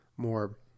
more